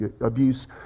abuse